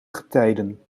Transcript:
getijden